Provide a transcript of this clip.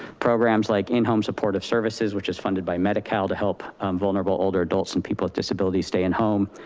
programs like in home supportive services, which is funded by medi-cal to help vulnerable older adults and people with disabilities stay in home,